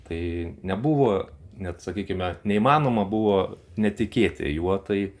tai nebuvo net sakykime neįmanoma buvo netikėti juo tai